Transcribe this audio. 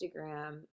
instagram